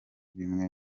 bimwe